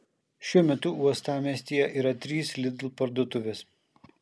šiuo metu uostamiestyje yra trys lidl parduotuvės